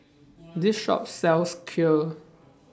This Shop sells Kheer